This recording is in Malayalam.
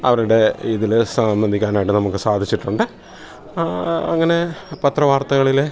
അവരുടെ ഇതിൽ സംബന്ധിക്കാനായിട്ട് നമുക്ക് സാധിച്ചിട്ടുണ്ട് അങ്ങനെ പത്രവാർത്തകളിൽ